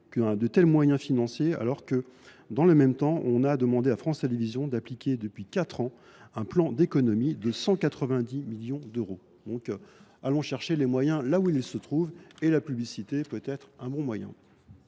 y soient consacrés, alors que, dans le même temps, on a demandé à France Télévisions d’appliquer, depuis quatre ans, un plan d’économies de 190 millions d’euros. Allons chercher les moyens là où ils se trouvent ! La publicité peut être une bonne